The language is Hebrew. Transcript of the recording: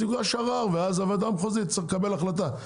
יוגש ערר ואז הוועדה המחוזית תצטרך לקבל החלטה.